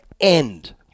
end